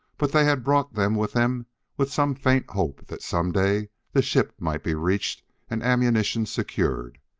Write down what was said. but they had brought them with them with some faint hope that some day the ship might be reached and ammunition secured.